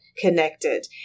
connected